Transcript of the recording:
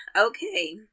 Okay